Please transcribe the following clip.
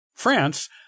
France